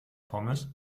pommes